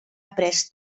après